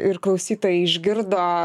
ir klausytojai išgirdo